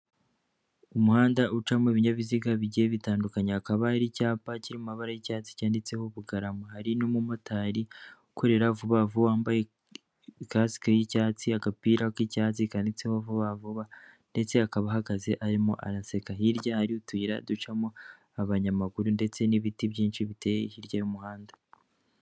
Umuhanda ucamo ibinyabiziga bigiye bitandukanye hakaba hari icyapa cy'amabara y'icyatsi cyanditseho Bugarama hari n'umumotari ukorera vuba vuba wambaye ikasik y'icyatsi agapira k'icyatsi kandiitseho vuba vuba ndetse akaba ahagaze arimo araanaseka hirya ari utuyira ducamo abanyamaguru ndetse n'ibiti byinshi biteye hirya y'umuhanda.